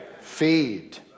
Feed